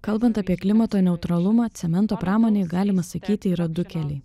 kalbant apie klimato neutralumą cemento pramonėj galima sakyti yra du keliai